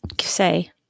say